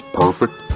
perfect